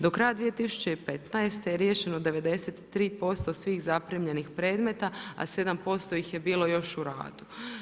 Do kraja 2015. je riješeno 93% svih zaprimljenih predmeta, a 7% ih je bilo još u radu.